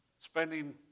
spending